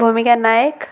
ଭୂମିକା ନାୟକ